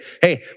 hey